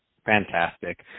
Fantastic